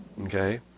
Okay